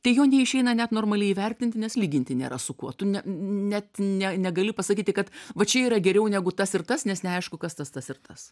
tai jo neišeina net normaliai įvertinti nes lyginti nėra su kuo tu ne net ne negali pasakyti kad va čia yra geriau negu tas ir tas nes neaišku kas tas tas ir tas